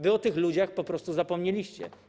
Wy o tych ludziach po porostu zapomnieliście.